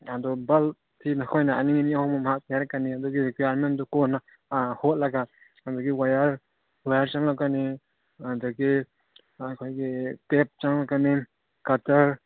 ꯑꯗꯣ ꯕꯜꯕꯇꯤ ꯅꯈꯣꯏꯅ ꯑꯅꯤ ꯑꯅꯤ ꯑꯍꯨꯝ ꯑꯍꯨꯝ ꯍꯥꯞꯁꯦ ꯍꯥꯏꯔꯛꯀꯅꯤ ꯑꯗꯨꯒꯤ ꯔꯤꯀ꯭ꯋꯥꯏꯌꯔꯃꯦꯟꯗꯨ ꯀꯣꯟꯅ ꯍꯣꯠꯂꯒ ꯑꯗꯒꯤ ꯋꯥꯏꯌꯥꯔ ꯆꯪꯉꯛꯀꯅꯤ ꯑꯗꯒꯤ ꯑꯩꯈꯣꯏꯒꯤ ꯇꯦꯞ ꯆꯪꯂꯛꯀꯅꯤ ꯀꯠꯇꯔ